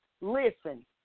listen